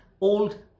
old